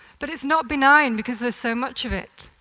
but it's not benign, because there's so much of it.